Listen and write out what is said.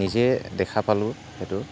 নিজে দেখা পালো সেইটো